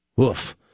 Oof